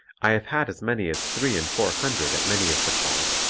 i have had as many as three and four hundred at many of the calls,